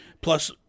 plus